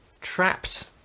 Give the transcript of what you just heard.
trapped